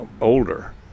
older